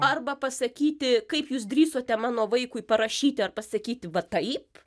arba pasakyti kaip jūs drįsote mano vaikui parašyti ar pasakyti va taip